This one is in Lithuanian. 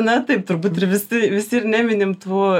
na taip turbūt ir visi visi ir neminim tų